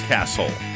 Castle